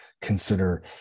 consider